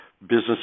business